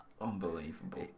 Unbelievable